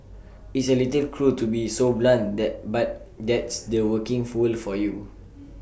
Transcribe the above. it's A little cruel to be so blunt that but that's the working fold for you